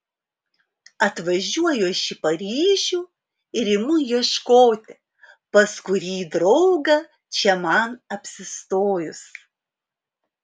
atvažiuoju aš į paryžių ir imu ieškoti pas kurį draugą čia man apsistojus